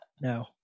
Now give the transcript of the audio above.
No